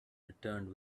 returned